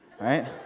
right